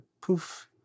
poof